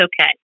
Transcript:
okay